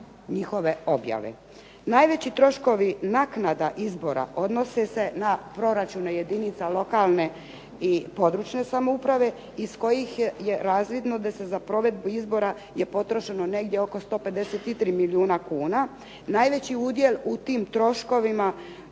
Najveći troškovi naknada izbora odnose se na proračuna jedinica lokalne i područne samouprave iz kojih je razvidno da je za provedbu izbora potrošeno negdje oko 153 milijuna kuna. Najveći udjel u tim troškovima